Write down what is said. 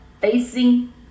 facing